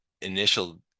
initial